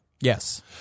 Yes